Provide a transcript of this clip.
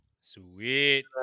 Sweet